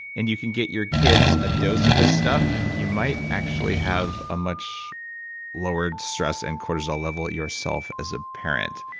and you can get your kids a dose of this stuff, you might actually have a much lowered stress and cortisol level yourself as a parent,